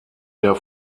der